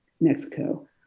Mexico